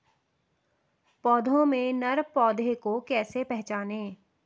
पौधों में नर पौधे को कैसे पहचानें?